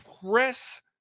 press